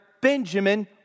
Benjamin